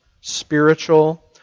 spiritual